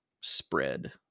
spread